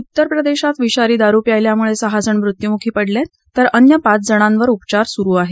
उत्तरप्रदेशात विषारी दारु प्यायल्यामुळे सहाजण मृत्युमुखी पडले तर अन्य पाच जणांवर उपचार सुरु आहेत